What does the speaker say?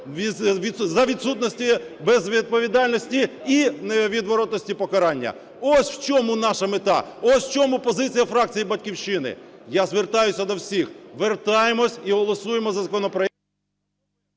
за відсутності… без відповідальності і невідворотності покарання. Ось в чому наша мета. Ось в чому позиція фракції "Батьківщина". Я звертаюся до всіх, вертаймось і голосуймо за законопроект…